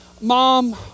Mom